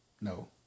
no